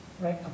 Right